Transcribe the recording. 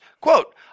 Quote